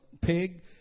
pig